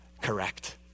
correct